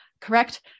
correct